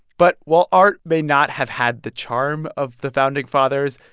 but while art may not have had the charm of the founding fathers,